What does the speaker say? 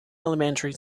elementary